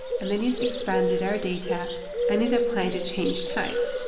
and then it expanded our data and it applied a changed type.